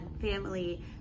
family